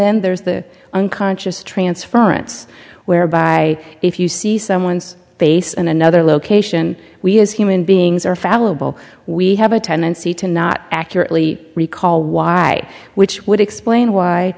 then there's the unconscious transference whereby if you see someone's face in another location we as human beings are fallible we have a tendency to not accurately recall why which would explain why